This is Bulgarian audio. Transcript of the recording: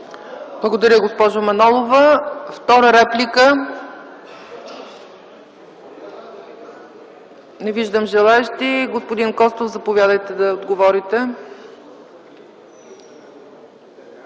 Благодаря, госпожо Манолова. Втора реплика? Не виждам желаещи. Господин Костов, заповядайте.